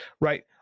Right